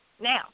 Now